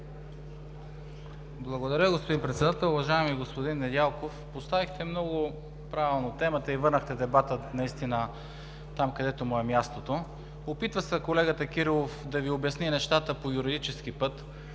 Благодаря, господин Председател. Уважаеми господин Недялков, поставихте много правилно темата и върнахте дебата наистина там, където му е мястото. Опитва се колегата Кирилов да Ви обясни нещата по юридически път,